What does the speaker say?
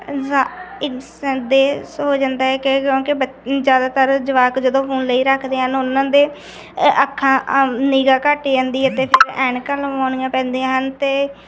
ਹੋ ਜਾਂਦਾ ਏ ਕਿ ਕਿਉਂਕਿ ਬੱਚ ਜ਼ਿਆਦਾਤਰ ਜਵਾਕ ਜਦੋਂ ਫੋਨ ਲਈ ਰੱਖਦੇ ਹਨ ਉਹਨਾਂ ਦੇ ਅੱਖਾਂ ਨਿਗਾਹ ਘੱਟ ਜਾਂਦੀ ਹੈ ਅਤੇ ਫਿਰ ਐਨਕਾਂ ਲਵਾਉਣੀਆਂ ਪੈਂਦੀਆਂ ਹਨ ਅਤੇ